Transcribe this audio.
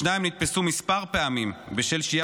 השניים נתפסו מספר פעמים בשל שהייה